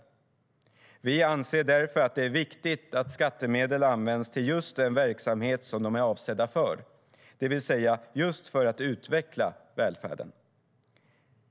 Vi anser därför att det är viktigt att skattemedel används till just den verksamhet som de är avsedda för, det vill säga för att utveckla välfärden.